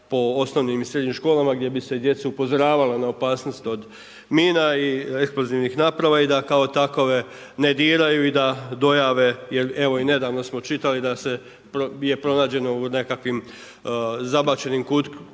po osnovnim i srednjim školama gdje bi se djecu upozoravalo na opasnost od mina i eksplozivnih naprava i da kao takove ne diraju i da dojave. Jer evo i nedavno smo čitali da je pronađeno u nekakvom zabačenom kutku